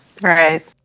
Right